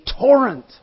torrent